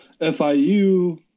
FIU